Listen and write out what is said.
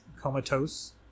comatose